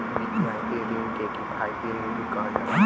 रियायती रिण के किफायती रिण भी कहल जाला